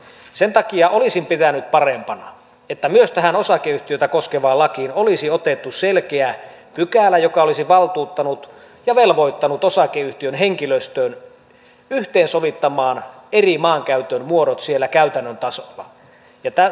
sen takia olisin pitänyt parempana että myös tähän osakeyhtiötä koskevaan lakiin olisi otettu selkeä pykälä joka olisi valtuuttanut ja velvoittanut osakeyhtiön henkilöstön yhteensovittamaan maankäytön eri muodot siellä käytännön tasolla